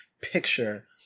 picture